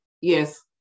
yes